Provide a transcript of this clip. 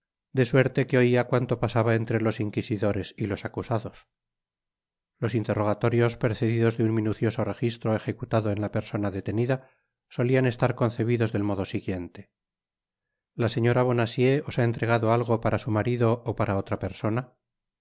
de suerte que oia cuanto pasaba entre los inquisidores y los acusados los interrogatorios precedidos de un minucioso registro ejecutado en la persona detenida solian estar concebidos del modo siguiente la señora bonacieux os ha entregado algo para su marido ó para otra persona el